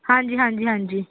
ਹਾਂਜੀ ਹਾਂਜੀ ਹਾਂਜੀ